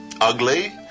ugly